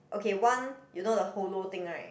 okay one you know the hollow thing right